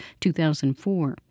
2004